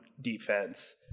defense